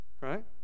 right